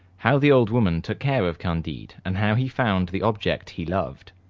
how the old woman took care of candide, and how he found the object he loved.